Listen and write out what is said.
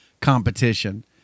competition